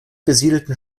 besiedelten